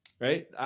right